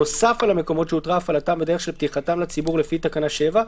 נוסף על המקומות שהותרה הפעלתם בדרך של פתיחתם לציבור לפי תקנה 7,